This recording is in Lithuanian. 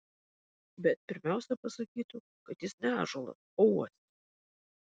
bet pirmiausia pasakytų kad jis ne ąžuolas o uosis